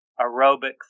aerobic